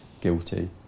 guilty